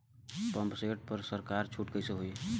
Pump set पर सरकार छूट कईसे होई?